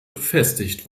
befestigt